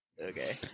Okay